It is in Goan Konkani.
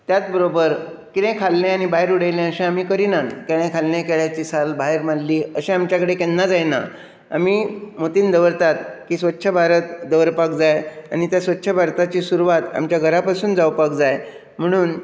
त्यात बरोबर कितेंय खाल्लें आनी भायर उडयलें अशें आमी करिनात केळें खाल्लें केळ्याची साल भायर मारली अशें आमचे कडेन केन्ना जायना आमी मतींत दवरतात की स्वच्छ भारत दवरपाक जाय आनी त्या स्वच्छ भारताची सुरवात आमच्या घरा पसून जावपाक जाय म्हणून